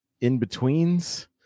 in-betweens